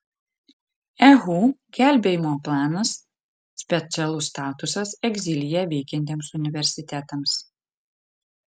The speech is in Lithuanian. ehu gelbėjimo planas specialus statusas egzilyje veikiantiems universitetams